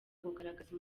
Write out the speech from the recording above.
kugaragaza